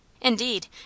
Indeed